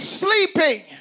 sleeping